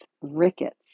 rickets